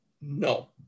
no